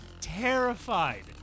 terrified